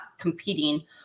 competing